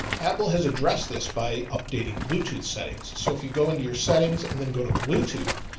apple has addressed this by updating bluetooth settings. so if you go into your settings and then go to bluetooth,